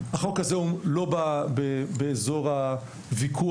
החוק הזה לא בא באזור הוויכוח.